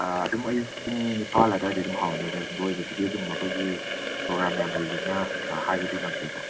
ꯑꯗꯨꯝ ꯑꯌꯨꯛ ꯄꯨꯡ ꯅꯤꯄꯥꯜ ꯑꯗ꯭ꯋꯥꯏꯗꯒꯤ ꯑꯗꯨꯝ ꯍꯧꯔꯅꯤ ꯑꯗꯣ ꯂꯣꯏꯕꯁꯤꯗꯤ ꯑꯗꯨꯝ ꯑꯩꯈꯣꯏꯒꯤ ꯄ꯭ꯔꯣꯒ꯭ꯔꯥꯝ ꯌꯥꯝ ꯂꯩꯕꯅꯤꯅ ꯍꯥꯏꯕꯗꯤ ꯉꯝꯗꯦ ꯀꯣ